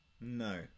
No